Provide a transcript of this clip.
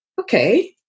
okay